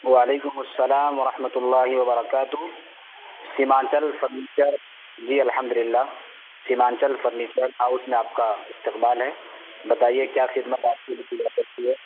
وعلیکم السلام ورحمۃ اللہ وبرکاتہ سیمانچل فرنیچر جی الحمد اللہ سیمانچل فرنیچر ہاؤس میں آپ کا استقبال ہے بتائیے کیا خدمت آپ کے لیے کی جا سکتی ہے